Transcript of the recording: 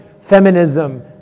feminism